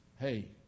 Hey